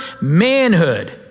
manhood